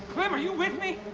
clem, are you with me?